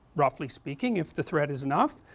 roughly speaking, if the threat is enough,